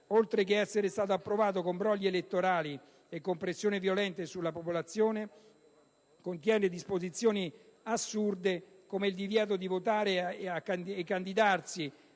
oltre che essere stato approvato con brogli elettorali e con pressioni violente sulla popolazione, contiene disposizioni assurde come il divieto di votare e candidarsi